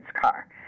car